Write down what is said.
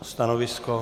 Stanovisko?